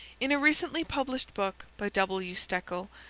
in a recently published book by w. stekel,